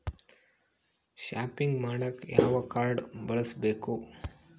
Shopping ಮಾಡಾಕ ಯಾವ card ಬಳಸಬೇಕು?